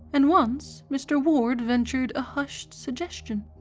and once mr. ward ventured a hushed suggestion,